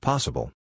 Possible